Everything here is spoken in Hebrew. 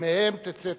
שמהם תצא תורה.